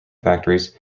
factories